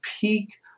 peak